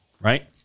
right